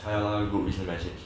他要那个 group 一直 message